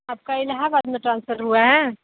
आपका इलाहाबाद में ट्रांसफ़र हुआ है